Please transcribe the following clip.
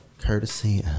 Courtesy